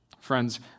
Friends